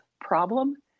problem